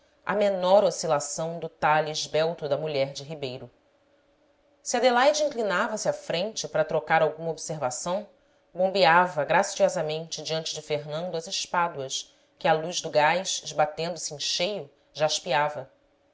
à menor oscilação do talhe esbelto da mulher de ribeiro se adelaide inclinava-se à frente para trocar alguma observação bombeava graciosamente diante de fernando as espáduas que a luz do gás esbatendo se em cheio jaspeava